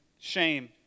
shame